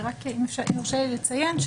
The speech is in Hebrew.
אם יורשה לי לציין,